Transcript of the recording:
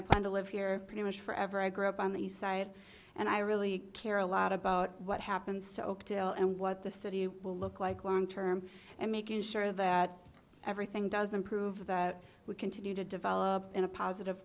i plan to live here pretty much forever i grew up on the east side and i really care a lot about what happens to oakdale and what the city will look like long term and making sure that everything doesn't prove that we continue to develop in a positive